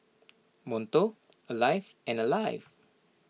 Monto Alive and Alive